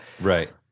right